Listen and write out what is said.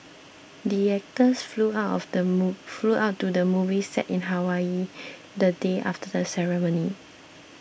the actors flew out of the move flew out to the movie set in Hawaii the day after the ceremony